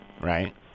Right